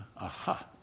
Aha